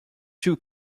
two